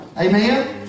Amen